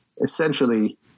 essentially